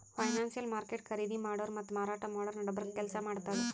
financial market ಖರೀದಿ ಮಾಡೋರ್ ಮತ್ತ್ ಮಾರಾಟ್ ಮಾಡೋರ್ ನಡಬರ್ಕ್ ಕೆಲ್ಸ್ ಮಾಡ್ತದ್